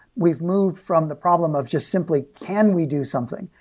we've moved from the problem of just simply, can we do something?